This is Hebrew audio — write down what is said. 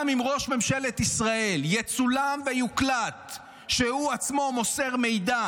גם אם ראש ממשלת ישראל יצולם ויוקלט כשהוא עצמו מוסר מידע